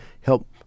help